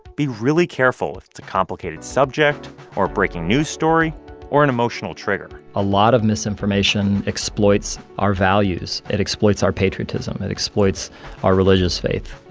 be really careful if it's a complicated subject or a breaking news story or an emotional trigger a lot of misinformation exploits our values. it exploits our patriotism. it exploits our religious faith.